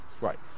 Right